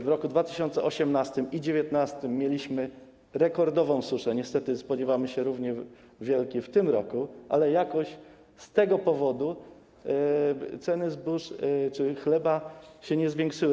W roku 2018 i 2019 mieliśmy rekordową suszę - niestety spodziewamy się równie wielkiej w tym roku - ale jakoś z tego powodu ceny zbóż czy chleba się nie zwiększyły.